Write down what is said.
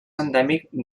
endèmic